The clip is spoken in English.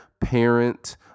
parent